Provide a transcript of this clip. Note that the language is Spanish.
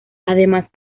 además